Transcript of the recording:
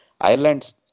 Ireland